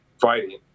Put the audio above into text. fighting